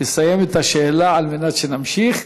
שתסיים את השאלה על מנת שנמשיך,